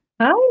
Hi